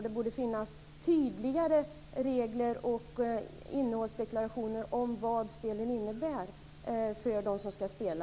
Det borde finnas tydligare regler och innehållsdeklarationer om vad spelen innebär för dem som ska spela.